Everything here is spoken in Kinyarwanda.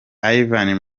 ivan